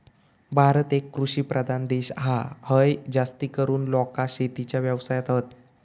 भारत एक कृषि प्रधान देश हा, हय जास्तीकरून लोका शेतीच्या व्यवसायात हत